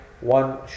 one